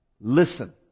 listen